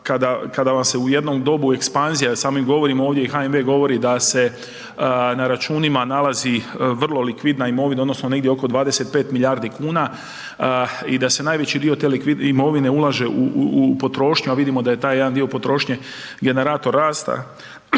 kada vam se u jednom dobu ekspanzija, samo i govorimo ovdje i HNB govori da se na računima nalazi vrlo likvidna imovina odnosno negdje oko 25 milijardi kuna i da se najveći dio te imovine ulaže u, u, u potrošnju, a vidimo da je taj jedan dio potrošnje generator rasta,